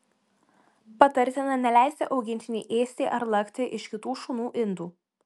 patartina neleisti augintiniui ėsti ar lakti iš kitų šunų indų